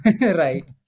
right